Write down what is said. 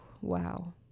wow